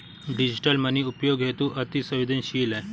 digital money उपयोग हेतु अति सवेंदनशील है